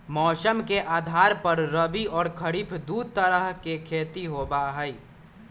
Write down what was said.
मौसम के आधार पर रबी और खरीफ दु तरह के खेती होबा हई